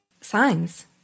signs